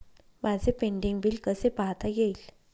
माझे pending bill कसे पाहता येईल?